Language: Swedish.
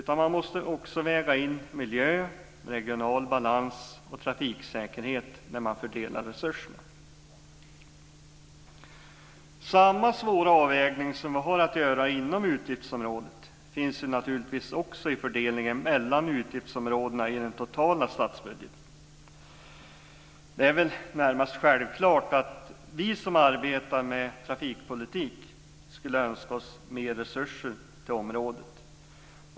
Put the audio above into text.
Man måste också väga in miljö, regional balans och trafiksäkerhet när man fördelar resurserna. Samma svåra avvägning som vi har att göra inom utgiftsområdet finns naturligtvis också i fördelningen mellan utgiftsområdena i den totala statsbudgeten. Det är väl närmast självklart att vi som arbetar med trafikpolitik skulle önska oss mer resurser till området.